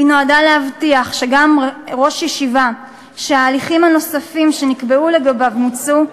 והיא נועדה להבטיח שגם ראש ישיבה שההליכים הנוספים שנקבעו לגביו מוצו,